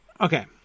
okay